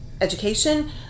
education